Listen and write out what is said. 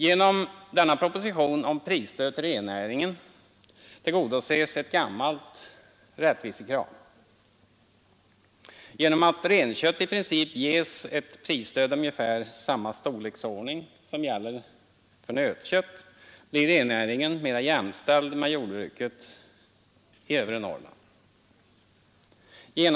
Med denna proposition om prisstöd till rennäringen tillgodoses ett gammalt rättvisekrav. Genom att renkött i princip ges ett prisstöd av ungefär samma storleksordning som gäller för nötkött blir rennäringen mera jämställd med jordbruket i övre Norrland.